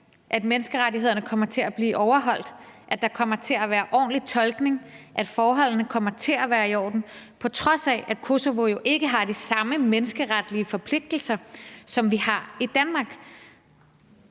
at menneskerettighederne kommer til at blive overholdt, at der kommer til at være ordentlig tolkning, at forholdene kommer til at være i orden, på trods af at Kosovo jo ikke har de samme menneskeretlige forpligtelser, som vi har i Danmark?